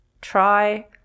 try